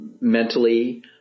mentally